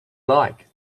like